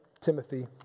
Timothy